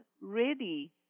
ready